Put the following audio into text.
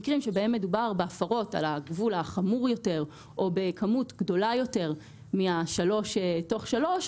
מדובר בהפרות על הגבול החמור יותר או בכמות גדולה יותר מהשלוש תוך שלוש,